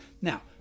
now